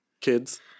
kids